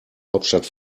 hauptstadt